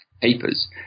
papers